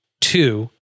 two